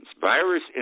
virus